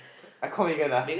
I call Megan ah